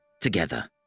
together